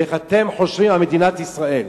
ואיך אתם חושבים על מדינת ישראל.